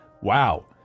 wow